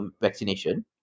vaccination